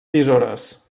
tisores